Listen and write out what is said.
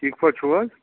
ٹھیٖک پٲٹھۍ چھُو حظ